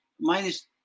minus